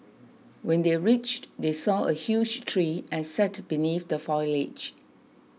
when they reached they saw a huge tree and sat beneath the foliage